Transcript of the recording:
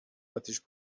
اتیش